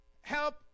Help